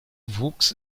wuchs